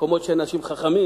במקומות שאין אנשים חכמים,